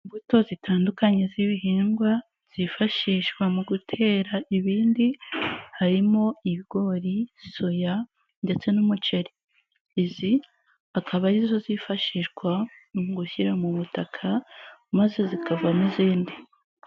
Imbuto zitandukanye z'ibihingwa, zifashishwa mu gutera ibindi, harimo ibigori, soya ndetse n'umuceri, izi akaba arizo zifashishwa mu gushyira mu butaka maze zikavamo izindi.